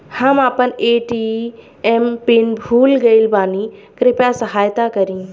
हम आपन ATM pin भूल गईल बानी कृपया सहायता करी